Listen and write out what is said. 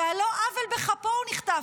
שעל לא עוול בכפו הוא נחטף.